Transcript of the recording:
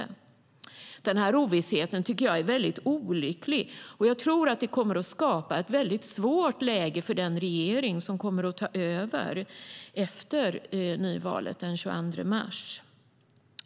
Den ovissheten tycker jag är mycket olycklig, och jag tror att det kommer att skapa ett väldigt svårt läge för den regering som kommer att ta över efter nyvalet den 22 mars.